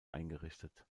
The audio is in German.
eingerichtet